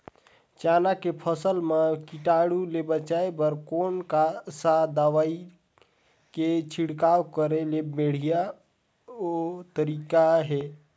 चाना के फसल मा कीटाणु ले बचाय बर कोन सा दवाई के छिड़काव करे के बढ़िया तरीका हे?